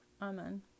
Amen